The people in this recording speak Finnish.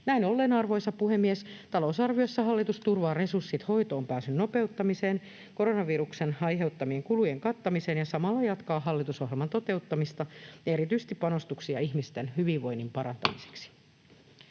Näin ollen, arvoisa puhemies, talousarviossa hallitus turvaa resurssit hoitoonpääsyn nopeuttamiseen ja koronaviruksen aiheuttamien kulujen kattamiseen ja samalla jatkaa hallitusohjelman toteuttamista ja erityisesti panostuksia ihmisten hyvinvoinnin [Puhemies